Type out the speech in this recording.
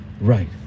right